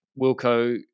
Wilco